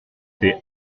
t’ai